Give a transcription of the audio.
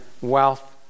wealth